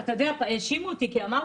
בהמשך.